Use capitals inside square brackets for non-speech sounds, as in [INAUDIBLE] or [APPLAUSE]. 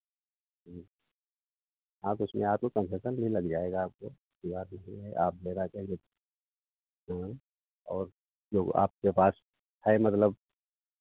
हाँ तो उसमें आपको कन्सेशन भी लग जाएगा आपको ये बात नहीं है आप [UNINTELLIGIBLE] हाँ और जो आपके पास है मतलब